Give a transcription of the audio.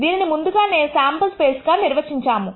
దీనిని ముందుగానే sample space గా నిర్వహించాము